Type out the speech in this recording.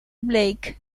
blake